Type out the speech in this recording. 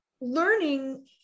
learning